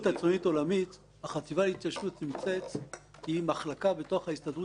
החטיבה להתיישבות היא מחלקה בתוך ההסתדרות הציונית